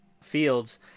fields